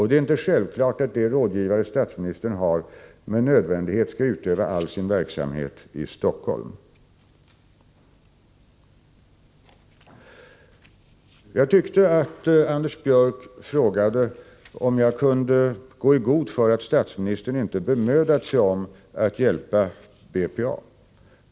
Det är inte självklart att de rådgivare Nr 29 statsministern har med nödvändighet skall utöva all sin verksamhet i Stockholm. Jag tyckte att Anders Björck frågade om jag kunde gå i god för att statsministern inte bemödat sig om att hjälpa BPA.